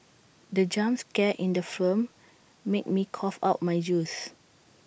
the jump scare in the film made me cough out my juice